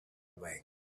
away